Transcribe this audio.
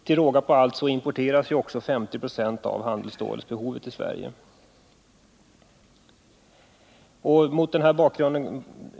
Till råga på allt täcks 50 96 av Sveriges handelsstålsbehov genom import.